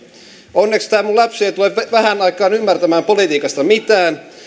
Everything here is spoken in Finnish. onneksi tämä minun lapseni ei tule vähään aikaan ymmärtämään politiikasta mitään